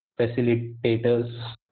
facilitators